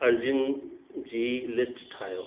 अर्जियुनि जी लिस्ट ठाहियो